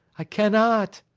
i cannot!